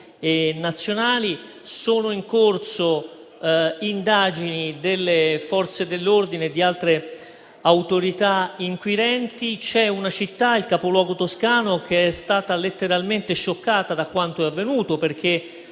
e nazionali. Sono in corso indagini delle Forze dell'ordine e di altre autorità inquirenti. C'è una città, il capoluogo toscano, che è stata letteralmente scioccata da quanto è avvenuto, perché